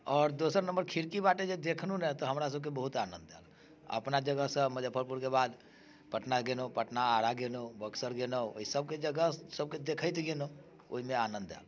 आओर दोसर नम्बर खिड़की बाटे जे देखलहुँ ने तऽ हमरा सभकेँ बहुत आनंद आएल अपना जगह से मुजफ्फरपुरके बाद पटना गेलहुँ पटना आरा गेलहुँ बक्सर गेलहुँ ओहि सभकेँ जगह सभकेँ देखैत गेलहुँ ओहिमे आनंद आएल